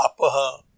apaha